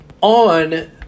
on